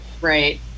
Right